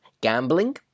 gambling